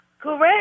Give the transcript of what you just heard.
correct